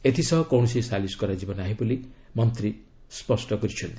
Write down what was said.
ଏଥିସହ କୌଣସି ସାଲିସ କରାଯିବ ନାହିଁ ବୋଲି ମନ୍ତ୍ରୀ କହିଛନ୍ତି